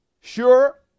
sure